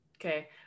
Okay